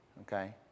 okay